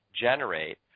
generate